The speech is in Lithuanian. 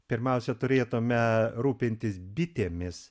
pirmiausia turėtume rūpintis bitėmis